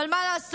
אבל מה לעשות,